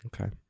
Okay